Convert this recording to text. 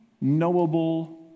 knowable